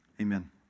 Amen